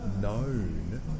known